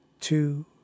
two